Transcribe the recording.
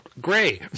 gray